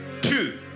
Two